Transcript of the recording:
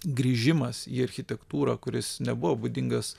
grįžimas į architektūrą kuris nebuvo būdingas